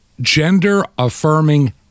Gender-affirming